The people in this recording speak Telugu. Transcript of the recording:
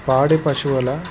పాడి పశువుల